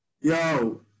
Yo